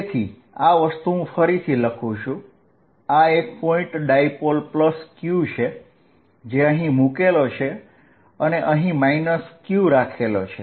તેથી આ વસ્તુ ફરી કરું છું આ એક પોઇન્ટ ડાયપોલ q છે જે અહીં મૂકેલો છે અને અહીં q રાખેલો છે